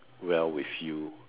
well with you